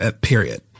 period